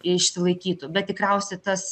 išsilaikytų bet tikriausia tas